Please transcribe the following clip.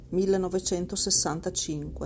1965